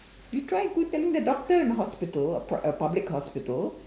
you try go telling the doctor in a hospital a public hospital